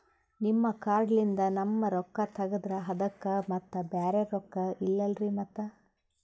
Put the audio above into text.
ನಿಮ್ ಕಾರ್ಡ್ ಲಿಂದ ನಮ್ ರೊಕ್ಕ ತಗದ್ರ ಅದಕ್ಕ ಮತ್ತ ಬ್ಯಾರೆ ರೊಕ್ಕ ಇಲ್ಲಲ್ರಿ ಮತ್ತ?